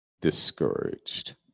discouraged